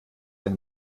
ein